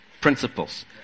principles